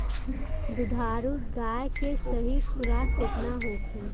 दुधारू गाय के सही खुराक केतना होखे?